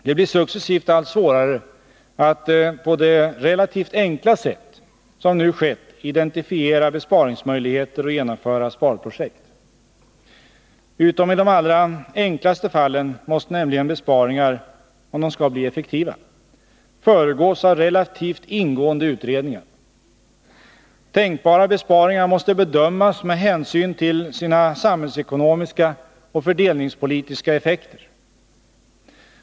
Det blir successivt allt svårare att på det relativt enkla sätt som nu skett identifiera besparingsmöjligheter och genomföra sparprojekt. Utom i de allra enklaste fallen måste nämligen besparingar — om de skall bli effektiva — föregås av relativt ingående utredningar. Tänkbara besparingar måste bedömas med hänsyn till sina samhällsekonomiska och fördelningspolitiska effekter.